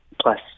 plus